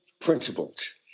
principles